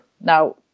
now